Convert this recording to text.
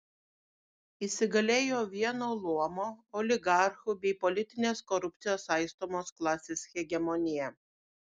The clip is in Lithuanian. įsigalėjo vieno luomo oligarchų bei politinės korupcijos saistomos klasės hegemonija